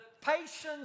patience